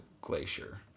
glacier